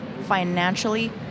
financially